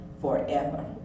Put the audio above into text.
forever